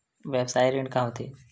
व्यवसाय ऋण का होथे?